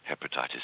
Hepatitis